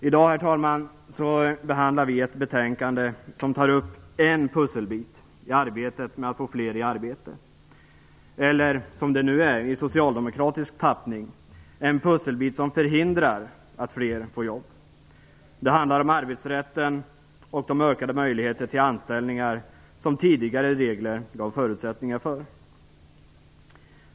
I dag, herr talman, behandlar vi ett betänkande som tar upp en pusselbit i ansträngningarna för att få fler i arbete - eller som nu är fallet i den socialdemokratiska tappningen: en pusselbit som förhindrar att fler får jobb. Det handlar om arbetsrätten och om de ökade möjligheter till anställningar som tidigare regler gav förutsättningar för.